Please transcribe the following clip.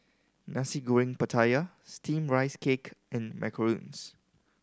Nasi Goreng Pattaya Steamed Rice Cake and macarons